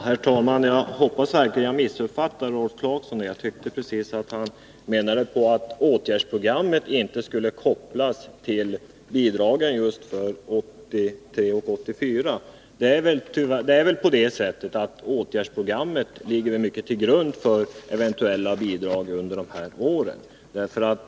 Herr talman! Jag hoppas verkligen att jag har missuppfattat Rolf Clarkson. Jag tyckte precis att han menade att åtgärdsprogrammet inte skulle kopplas till bidragen för åren 1983 och 1984. Åtgärdsprogrammet ligger väl till grund för eventuella bidrag under de här åren.